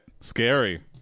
Scary